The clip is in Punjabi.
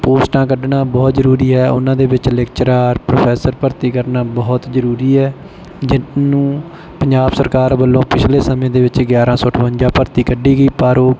ਪੋਸਟਾਂ ਕੱਢਣਾ ਬਹੁਤ ਜ਼ਰੂਰੀ ਹੈ ਉਹਨਾਂ ਦੇ ਵਿੱਚ ਲੈਕਚਰਾਰ ਪ੍ਰੋਫੈਸਰ ਭਰਤੀ ਕਰਨਾ ਬਹੁਤ ਜ਼ਰੂਰੀ ਹੈ ਜਿਹਨੂੰ ਪੰਜਾਬ ਸਰਕਾਰ ਵੱਲੋਂ ਪਿਛਲੇ ਸਮੇਂ ਦੇ ਵਿੱਚ ਗਿਆਰ੍ਹਾਂ ਸੌ ਅਠਵੰਜਾ ਭਰਤੀ ਕੱਢੀ ਗਈ ਪਰ ਉਹ